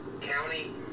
county